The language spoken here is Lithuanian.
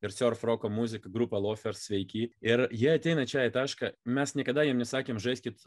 ir siorf roko muzika grupė lofer sveiki ir jie ateina čia į tašką mes niekada jiem nesakėm žaiskit